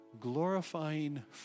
glorifying